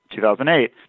2008